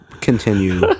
continue